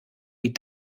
wie